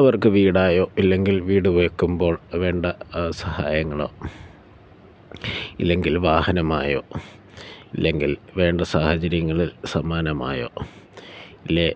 അവർക്ക് വീടായോ ഇല്ലെങ്കിൽ വീട് വയ്ക്കുമ്പോൾ വേണ്ട സഹായങ്ങളോ ഇല്ലെങ്കിൽ വാഹനമായോ ഇല്ലെങ്കിൽ വേണ്ട സാഹചര്യങ്ങളിൽ സമ്മാനമായോ ഇല്ലേ